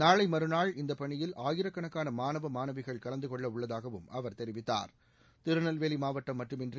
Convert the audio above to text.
நாளை மறுநாள் இந்தப் பணியில் ஆயிரக்கணக்கான மாணவ மாணவிகள் கலந்து கொள்ளவுள்ளதாகவும் அவர் தெரிவித்தார் திருநெல்வேலி மாவட்டம் மட்டுமன்றி